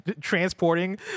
transporting